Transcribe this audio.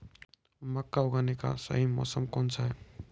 मक्का उगाने का सही मौसम कौनसा है?